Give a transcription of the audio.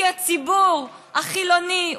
כי הציבור החילוני,